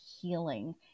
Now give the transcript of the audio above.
healing